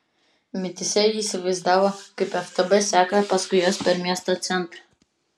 mintyse ji įsivaizdavo kaip ftb seka paskui juos per miesto centrą